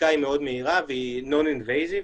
הבדיקה מאוד מהירה והיא לא פולשנית,